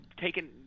taken